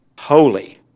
holy